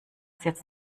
jetzt